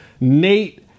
Nate